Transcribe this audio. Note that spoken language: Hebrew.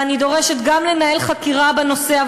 ואני דורשת גם לנהל חקירה בנושא,